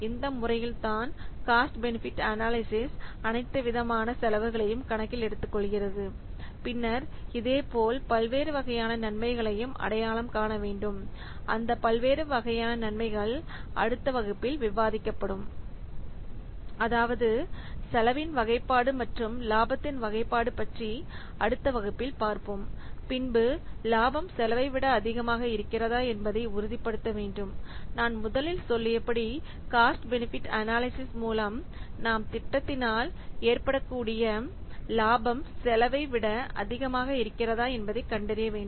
இந்த முறையில்தான் cost benefit analysis அனைத்து விதமான செலவுகளையும் கணக்கில் எடுத்துக்கொள்கிறது பின்னர் இதேபோல் ஏற்படக்கூடிய பல்வேறு வகையான நன்மைகளையும் அடையாளம் காண வேண்டும் அந்த பல்வேறு வகையான நன்மைகள் அடுத்த வகுப்பில் விவாதிக்கப்படும் அதாவது செலவின் வகைப்பாடு மற்றும் லாபத்தின் வகைப்பாடு பற்றி அடுத்த வகுப்பில் பார்ப்போம் பின்பு லாபம் செலவைவிட அதிகமாக இருக்கிறதா என்பதை உறுதிப்படுத்த வேண்டும் நான் முதலில் சொல்லிய படி காஸ்ட் பெனிபிட் அனாலிசிஸ் மூலம் நாம் திட்டத்தினால் ஏற்படக்கூடிய லாபம் செலவைவிட அதிகமாக இருக்கிறதா என்பதை கண்டறிய வேண்டும்